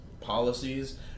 policies